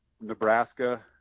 Nebraska